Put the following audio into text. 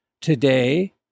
Today